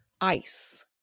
ice